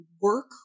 work